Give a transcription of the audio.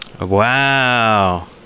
Wow